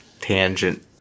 tangent